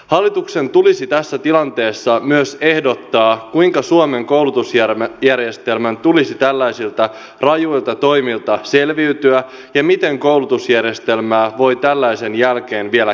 hallituksen tulisi tässä tilanteessa myös ehdottaa kuinka suomen koulutusjärjestelmän tulisi tällaisilta rajuilta toimilta selviytyä ja miten koulutusjärjestelmää voi tällaisen jälkeen vielä kehittää